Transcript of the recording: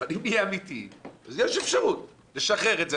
אבל אם נהיה אמיתיים אז יש אפשרות: נשחרר את זה,